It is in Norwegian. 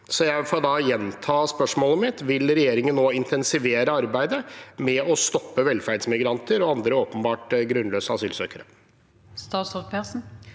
Jeg får gjenta spørsmålet mitt: Vil regjeringen nå intensivere arbeidet med å stoppe velferdsmigranter og andre åpenbart grunnløse asylsøkere? Statsråd Marte